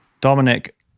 Dominic